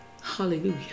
Hallelujah